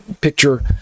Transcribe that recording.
picture